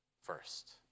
first